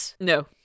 No